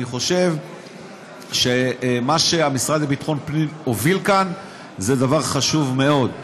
אני חושב שמה שהמשרד לביטחון פנים הוביל כאן זה דבר חשוב מאוד.